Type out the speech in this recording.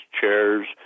chairs